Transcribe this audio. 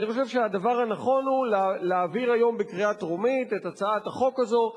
אני חושב שהדבר הנכון הוא להעביר היום בקריאה טרומית את הצעת החוק הזאת,